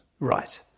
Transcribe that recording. Right